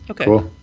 okay